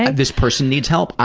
this person needs help.